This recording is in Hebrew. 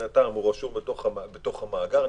רשומים בתוך המאגר,